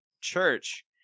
church